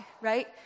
right